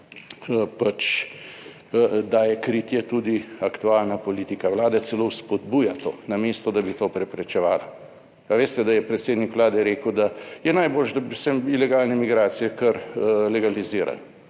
daje kritje tudi aktualna politika Vlade, celo vzpodbuja to, namesto da bi to preprečevala. A veste, da je predsednik Vlade rekel, da je najboljše, da bi se ilegalne migracije kar legalizirali.